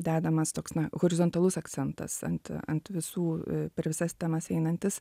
dedamas toks na horizontalus akcentas ant ant visų per visas temas einantis